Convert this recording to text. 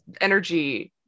energy